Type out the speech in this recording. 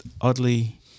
oddly